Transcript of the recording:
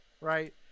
right